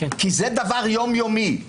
כי זה דבר יום-יומי.